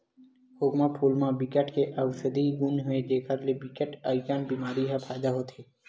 खोखमा फूल म बिकट के अउसधी गुन हे जेखर ले बिकट अकन बेमारी म फायदा होथे